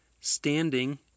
standing